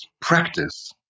practice